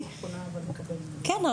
כן,